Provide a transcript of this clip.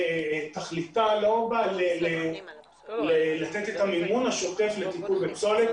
תכליתה הוא לא לתת את המימון השוטף לטיפול בפסולת